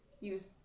use